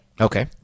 Okay